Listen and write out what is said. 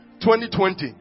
2020